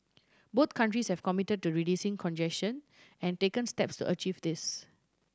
both countries have committed to reducing congestion and taken steps to achieve this